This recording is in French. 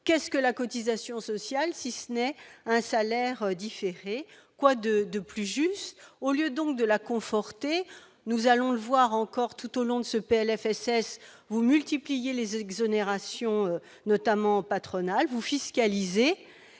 Qu'est-ce qu'une cotisation sociale, si ce n'est un salaire différé ? Quoi de plus juste ? Au lieu de la conforter, nous allons le voir tout au long de l'examen de ce texte, vous multipliez les exonérations, notamment patronales. Vous fiscalisez